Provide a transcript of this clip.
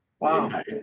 Wow